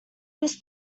this